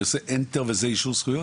אני עושה enter וזה אישור זכויות?